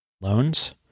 loans